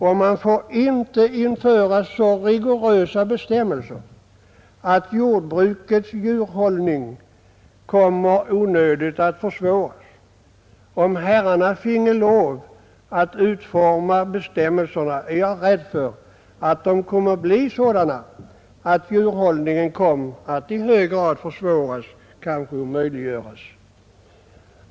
Och man får inte införa så rigorösa bestämmelser att jordbrukets djurhållning kommer att onödigtvis försvåras. Om herrarna finge lov att utforma bestämmelserna är jag rädd för att dessa komme att bli sådana, att djurhållningen i hög grad försvårades eller kanske omöjliggjordes.